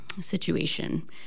situation